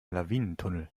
lawinentunnel